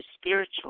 spiritual